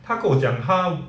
他跟我讲他